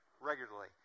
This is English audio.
regularly